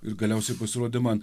ir galiausiai pasirodė man